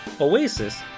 oasis